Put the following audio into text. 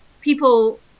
people